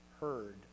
heard